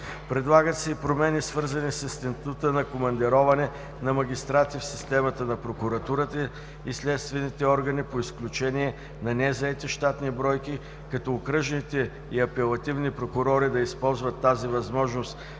Предлагат се и промени, свързани с института на командироване на магистрати в системата на прокуратурата и следствените органи по изключение на незаети щатни бройки, като окръжните и апелативни прокурори да използват тази възможност